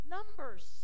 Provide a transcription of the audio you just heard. Numbers